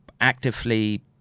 actively